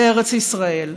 בארץ ישראל,